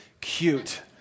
Cute